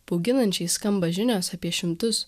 bauginančiai skamba žinios apie šimtus